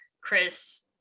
Chris